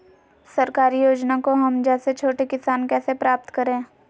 सरकारी योजना को हम जैसे छोटे किसान कैसे प्राप्त करें?